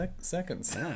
seconds